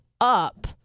up